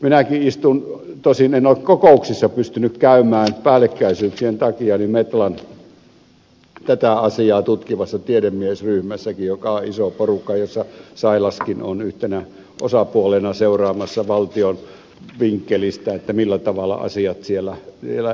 minäkin istun tosin en ole kokouksissa pystynyt käymään päällekkäisyyksien takia metlan tätä asiaa tutkivassa tiedemiesryhmässäkin joka on iso porukka jossa sailaskin on yhtenä osapuolena seuraamassa valtion vinkkelistä millä tavalla asiat siellä selviksi tulevat